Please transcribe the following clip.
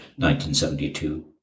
1972